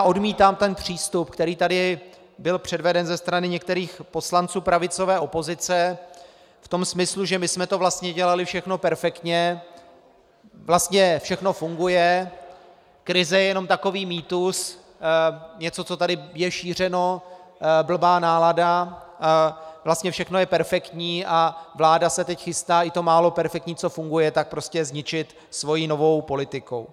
Odmítám přístup, který tu byl předveden ze strany některých poslanců pravicové opozice v tom smyslu, že my jsme to vlastně dělali všechno perfektně, vlastně všechno funguje, krize je jen takový mýtus, něco, co je tu šířeno, blbá nálada, vlastně všechno je perfektní a vláda se teď chystá i to málo perfektní, co funguje, prostě zničit svou novou politikou.